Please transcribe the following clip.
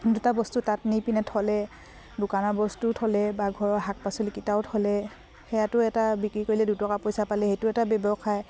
দুটা বস্তু তাত নি পিনে থলে দোকানৰ বস্তুও থ'লে বা ঘৰৰ শাক পাচলিকিটাও থলে সেয়াটো এটা বিক্ৰী কৰিলে দুটকা পইচা পালে সেইটো এটা ব্যৱসায়